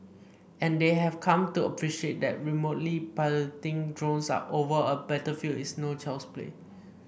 and they have come to appreciate that remotely piloting drones over a battlefield is no child's play